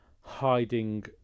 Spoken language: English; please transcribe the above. hiding